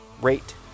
rate